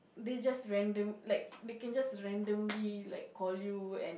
they just random like they can just randomly like call you and